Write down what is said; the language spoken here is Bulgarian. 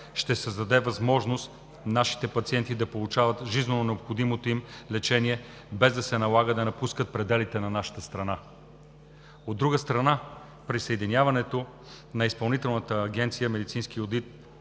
ще създаде възможност нашите пациенти да получават жизненонеобходимото им лечение без да се налага да напускат пределите на нашата страна. От друга страна, присъединяването на Изпълнителната агенция „Медицински одит“